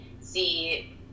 see